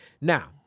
now